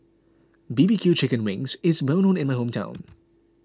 B B Q Chicken Wings is well known in my hometown